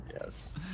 Yes